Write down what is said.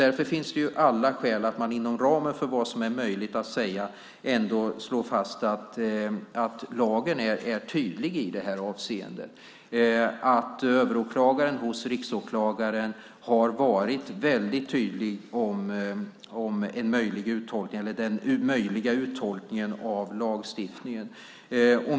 Därför finns det alla skäl att inom ramen för vad som är möjligt att säga ändå slå fast att lagen är tydlig i det här avseendet och att överåklagaren hos riksåklagaren har varit väldigt tydlig om den möjliga uttolkningen av lagstiftningen.